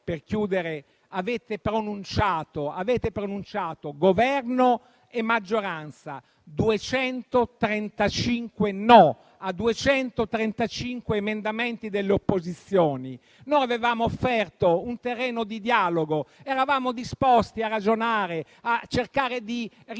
per chiudere, avete pronunciato, Governo e maggioranza, 235 no a 235 emendamenti delle opposizioni? Noi avevamo offerto un terreno di dialogo, eravamo disposti a ragionare, a cercare di riempire